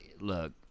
Look